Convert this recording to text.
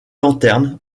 lanterne